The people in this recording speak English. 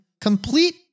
complete